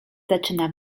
zaczyna